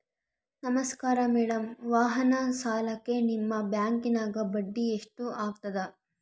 ನಮಸ್ಕಾರ ಮೇಡಂ ವಾಹನ ಸಾಲಕ್ಕೆ ನಿಮ್ಮ ಬ್ಯಾಂಕಿನ್ಯಾಗ ಬಡ್ಡಿ ಎಷ್ಟು ಆಗ್ತದ?